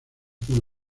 como